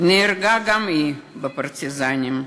נהרגה גם היא בשורות הפרטיזנים.